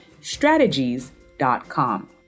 strategies.com